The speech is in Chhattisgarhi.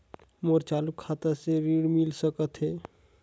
मोर चालू खाता से ऋण मिल सकथे?